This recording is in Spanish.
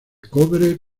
cobre